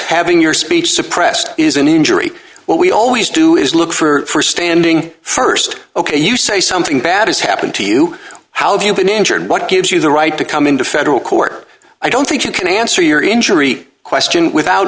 having your speech suppressed is an injury what we always do is look for standing st ok you say something bad has happened to you how have you been injured what gives you the right to come into federal court i don't think you can answer your injury question without